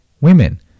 women